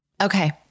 Okay